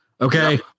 Okay